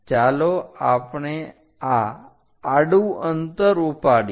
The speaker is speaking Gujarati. ચાલો આપણે આ આડું અંતર ઉપાડીએ